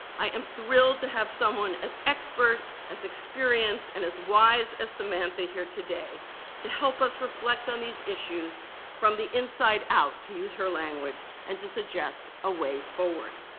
i am thrilled to have someone as expert, as experienced, and as wise as samantha here today to help us reflect on these issues from the inside out, to use her language, and to suggest a way forward.